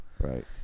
right